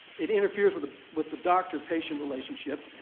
it interferes with with the doctor-patient relationship.